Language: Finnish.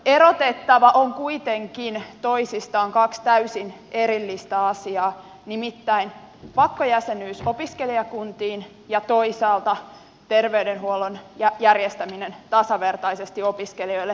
erotettava on kuitenkin toisistaan kaksi täysin erillistä asiaa nimittäin pakkojäsenyys opiskelijakuntiin ja toisaalta terveydenhuollon järjestäminen tasavertaisesti opiskelijoille